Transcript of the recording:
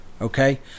Okay